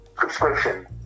subscription